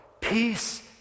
peace